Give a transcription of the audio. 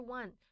one